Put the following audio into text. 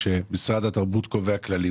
כשמשרד התרבות קובע כללים,